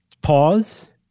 pause